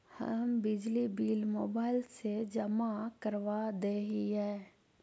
हम बिजली bill mobile से जमा करवा देहियै?